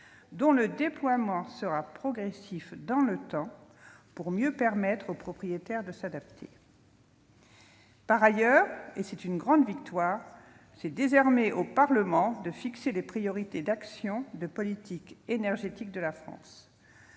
dont le déploiement sera progressif dans le temps pour mieux permettre aux propriétaires de s'adapter. Par ailleurs, et c'est une grande victoire, c'est désormais au Parlement de fixer les priorités d'action de la politique énergétique de la France.